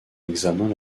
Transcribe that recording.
examen